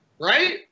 Right